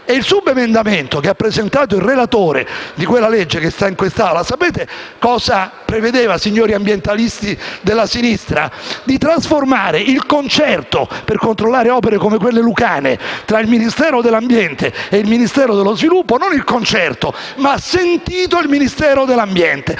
Il subemendamento, che ha presentato il relatore di quella legge che è in questa Aula, sapete cosa prevedeva, signori ambientalisti della sinistra? Di trasformare il «concerto» per controllare opere come quelle lucane tra il Ministero dell'ambiente e quello dello sviluppo in un «sentito il Ministero dell'ambiente».